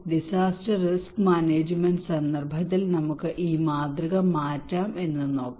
disaster risk management സന്ദർഭത്തിൽ നമുക്ക് ഈ മാതൃക മാറ്റാം എന്ന് നോക്കാം